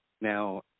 Now